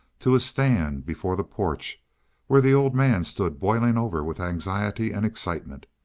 to a stand before the porch where the old man stood boiling over with anxiety and excitement.